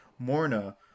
Morna